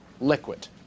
liquid